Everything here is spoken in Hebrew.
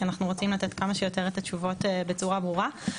כי אנחנו רוצים לתת כמה שיותר את התשובות בצורה ברורה.